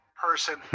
person